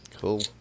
cool